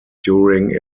during